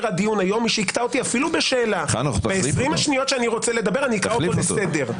הדיון היום אפילו בשאלה ב-20 השניות שאני רוצה לדבר אני אקרא אותו לסדר.